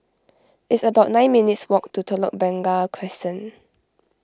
it's about nine minutes walk to Telok Blangah Crescent